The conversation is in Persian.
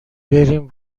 بریم